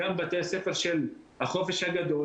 באום אל פאחם לבד,